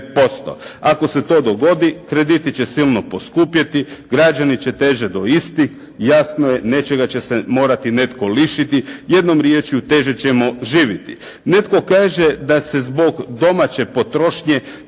Ako se to dogodi, krediti će silno poskupjeti, građani će teže do istih, jasno je, nečega će se morati netko lišiti. Jednom riječju teže ćemo živjeti. Netko kaže da se zbog domaće potrošnje